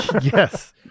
Yes